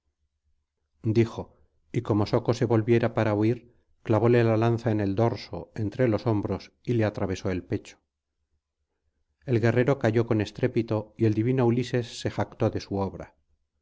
dijo y como soco se volviera para huir clavóle la lanza en el dorso entre los hombros y le atravesó el pecho el guerrero cayó con estrépito y el divino ulises se jactó de su obra